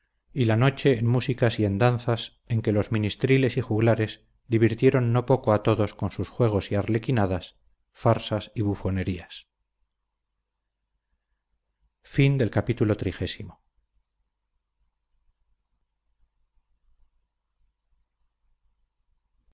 y la noche en músicas y en danzas en que los ministriles y juglares divirtieron no poco a todos con sus juegos y arlequinadas farsas y bufonerías